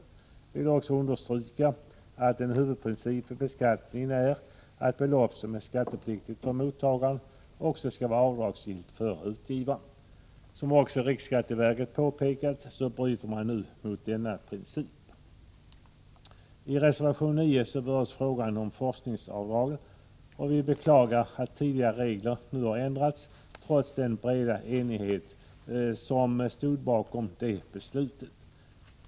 Vi vill också understryka att en huvudprincip vid beskattningen är att belopp som är skattepliktigt för mottagaren också skall vara avdragsgillt för utgivaren. Som också riksskatteverket påpekat så bryter man nu mot denna princip. I reservation 9 berörs frågan om forskningsavdragen och vi beklagar att tidigare regler nu har ändrats, trots den breda enighet som låg bakom det beslutet.